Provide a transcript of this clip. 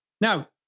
Now